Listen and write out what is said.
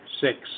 six